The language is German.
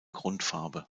grundfarbe